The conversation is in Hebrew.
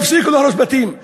תפסיקו להרוס בתים,